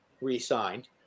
re-signed